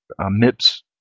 MIPS